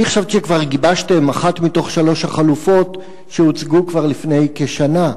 אני חשבתי שכבר גיבשתם אחת מתוך שלוש החלופות שהוצגו כבר לפני כשנה,